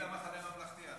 תגיד למחנה הממלכתי.